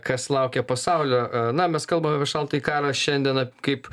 kas laukia pasaulio na mes kalbam apie šaltąjį karą šiandiena kaip